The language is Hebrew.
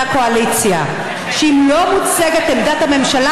הקואליציה שאם לא מוצגת עמדת הממשלה,